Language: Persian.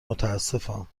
متاسفم